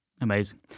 Amazing